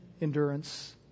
endurance